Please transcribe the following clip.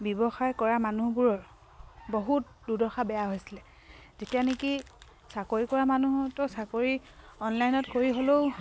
ব্যৱসায় কৰা মানুহবোৰৰ বহুত দুৰ্দশা বেয়া হৈছিলে তেতিয়া নেকি চাকৰি কৰা মানুহতো চাকৰি অনলাইনত কৰি হ'লেও